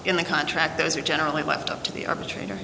in the contract those are generally left up to the arbitrator